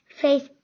face